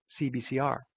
CBCR